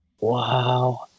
Wow